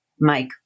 Mike